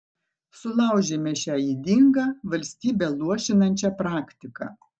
sulaužėme šią ydingą valstybę luošinančią praktiką